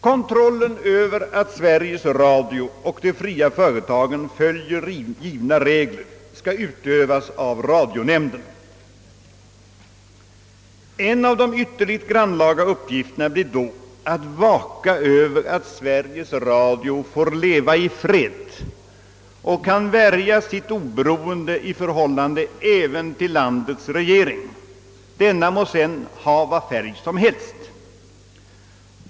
Kontrollen över att Sveriges Radio och de fria företagen följer givna regler skall utövas av radionämnden. En av de ytterligt grannlaga uppgifterna blir då att vaka över att Sveriges Radio får leva i fred och kan värja sitt oberoende även i förhållandet till landets regering, denna må sedan ha vilken färg som helst.